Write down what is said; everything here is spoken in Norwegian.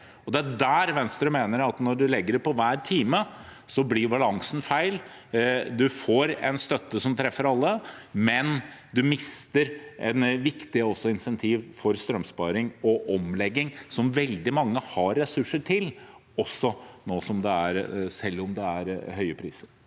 Det er her Venstre mener at når man legger støtten på hver time, blir balansen feil – man får en støtte som treffer alle, men man mister også viktige insentiv for strømsparing og omlegging som veldig mange har ressurser til, selv om det nå er høye priser.